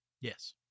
Yes